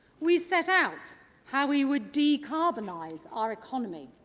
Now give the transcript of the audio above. we set out how we would decarbonise our economy.